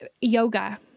yoga